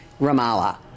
Ramallah